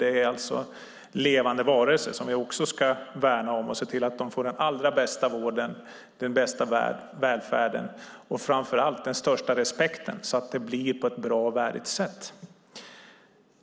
Det är alltså levande varelser som vi också ska värna, och vi ska se till att de får den allra bästa vården, den bästa välfärden och framför allt den största respekten, så att det blir på ett bra och värdigt sätt.